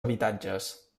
habitatges